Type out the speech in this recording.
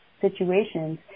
situations